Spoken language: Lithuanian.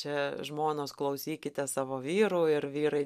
čia žmonos klausykite savo vyrų ir vyrai